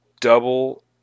double